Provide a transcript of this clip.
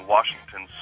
Washington